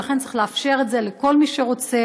ולכן צריך לאפשר את זה לכל מי שרוצה,